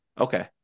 Okay